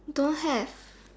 don't have